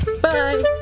Bye